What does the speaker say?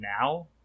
now